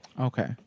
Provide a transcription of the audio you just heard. Okay